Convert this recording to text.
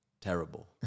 terrible